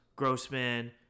Grossman